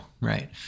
Right